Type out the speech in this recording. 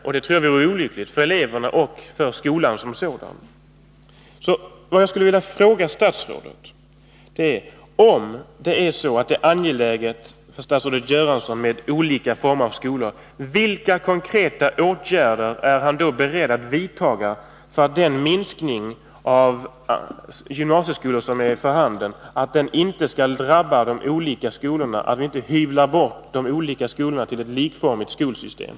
Jag tror att det vore olyckligt för eleverna och för skolan som sådan. Jag skulle vilja fråga statsrådet: Om det är angeläget för statsrådet Göransson med olika former av skolor, vilka konkreta åtgärder är statsrådet då beredd att vidta för att den minskning av antalet gymnasieskolor som är för handen inte drabbar de olika skolorna och att vi inte hyvlar bort de olika skolorna och får ett likformigt skolsystem?